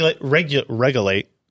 regulate